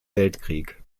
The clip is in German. weltkrieg